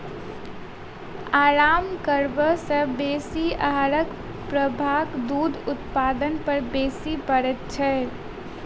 आराम करबा सॅ बेसी आहारक प्रभाव दूध उत्पादन पर बेसी पड़ैत छै